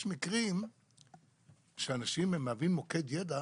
יש מקרים שהם מהווים מוקד ידע